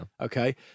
Okay